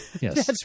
Yes